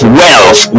wealth